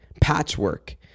Patchwork